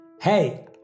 Hey